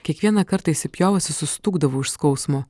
kiekvieną kartą įsipjovusi sustūgdavau iš skausmo